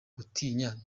gutinya